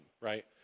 right